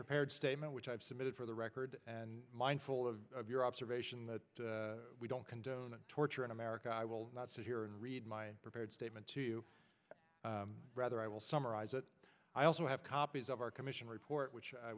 prepared statement which i've submitted for the record and mindful of your observation that we don't condone torture in america i will not sit here and read my prepared statement to you rather i will summarize it i also have copies of our commission report which i